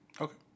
Okay